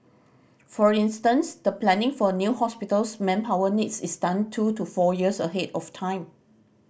for instance the planning for a new hospital's manpower needs is done two to four years ahead of time